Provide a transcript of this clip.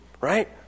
right